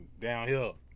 downhill